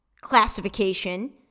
classification